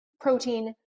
protein